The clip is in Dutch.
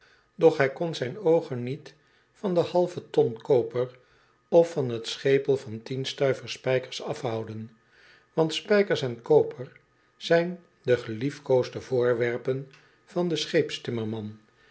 doch hij kon zijn o ogen niet van de halve ton koper of van t schepel van tien stuivers spijkers afhouden want spijkers en koper zijn de geliefkoosde voorwerpen van den